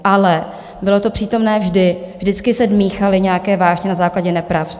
Ale bylo to přítomné vždy, vždycky se míchaly nějaké vášně na základě nepravd.